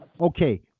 Okay